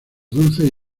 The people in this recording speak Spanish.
dulces